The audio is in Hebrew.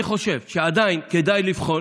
אני חושב שעדיין כדאי לבחון